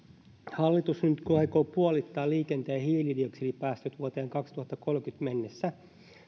hallitus nyt nyt aikoo puolittaa liikenteen hiilidioksidipäästöt vuoteen kaksituhattakolmekymmentä mennessä